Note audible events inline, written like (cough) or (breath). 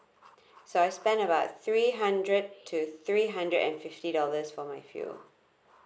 (breath) so I spent about three hundred to three hundred and fifty dollars for my fuel